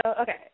okay